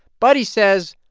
but, he says,